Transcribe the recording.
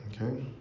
Okay